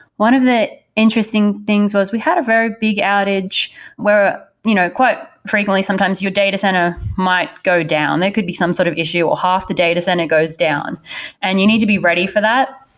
one of the interesting things was we had a very big outdate where you know quite frankly sometimes your data center might go down. there could be some sort of issue or half the data center goes down and you need to be ready for that,